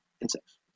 insects